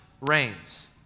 reigns